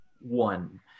one